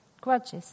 grudges